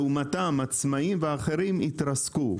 לעומתם עצמאים ואחרים התרסקו.